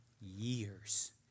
years